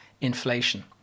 inflation